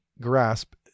grasp